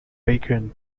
bacon